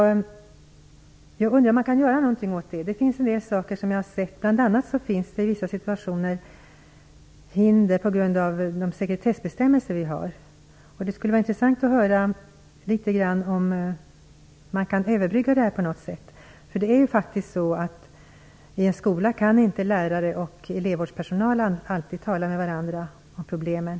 Jag undrar om man kan göra något åt det. Jag har t.ex. sett att det i vissa situationer finns hinder t.ex. på grund av våra sekretessbestämmelser. Det skulle vara intressant att höra litet grand om detta - om det går att överbrygga det här på något sätt. I skolorna kan faktiskt lärare och elevvårdspersonal inte alltid tala med varandra om problemen.